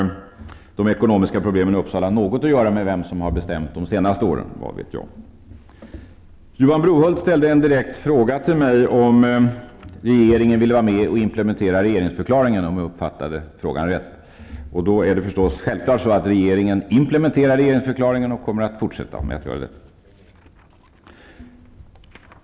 De ekonomiska problemen i Uppsala har möjligen något att göra med vem som har bestämt de senaste åren. Johan Brohult ställde en direkt fråga till mig om regeringen vill vara med och implementera regeringsförklaringen, om jag uppfattade frågan rätt. Det är självklart att regeringen implementerar regeringsförklaringen och kommer att fortsätta att göra detta.